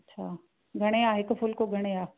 अच्छा घणे आहे हिकु फुल्को घणे आहे